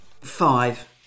five